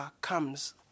comes